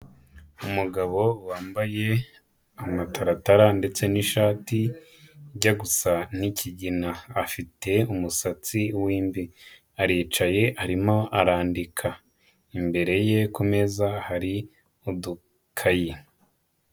Umugabo wambaye amataratara ndetse n'ishati ijya gusa nk'ikigina afite umusatsi w'imvi; aricaye arimo arandika imbere ye ku meza hari udukayi.